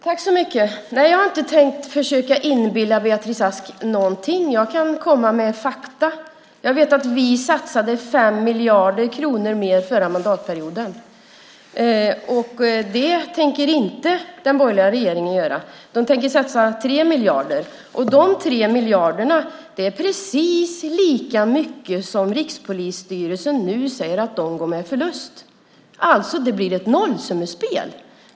Herr talman! Nej, jag har inte tänkt försöka inbilla Beatrice Ask någonting. Jag kan komma med fakta. Jag vet att vi satsade 5 miljarder kronor mer under den förra mandatperioden. Det tänker den borgerliga regeringen inte göra. Den tänker satsa 3 miljarder kronor. Dessa 3 miljarder är precis lika mycket som Rikspolisstyrelsen nu säger att man går med förlust med. Det blir alltså ett nollsummespel.